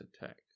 attack